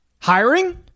Hiring